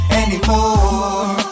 anymore